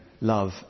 love